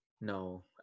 no